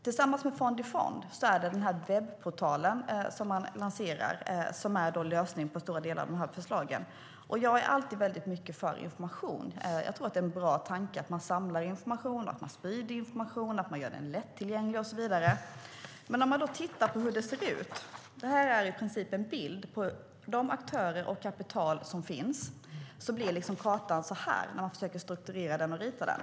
Tillsammans med fond-i-fond finns en webbportal som man lanserar som en lösning på stora delar av förslagen. Jag är alltid mycket för information. Jag tror att det är en bra tanke att man samlar information, att man sprider information, att man gör den lättillgänglig och så vidare. Låt oss titta på hur det ser ut. Jag visar här en bild med de aktörer och det kapital som i princip finns. Då blir kartan som ni ser här när man försöker strukturera och rita den.